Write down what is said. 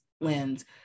lens